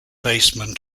baseman